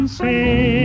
say